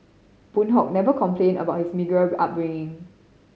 Boon Hock never complained about his meagre upbringing